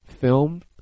film